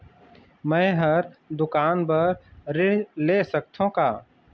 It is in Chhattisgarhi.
मैं हर दुकान बर ऋण ले सकथों का?